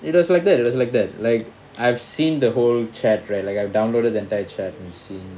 it was like that it was like that like I've seen the whole chat right like I've downloaded the entire chat and seen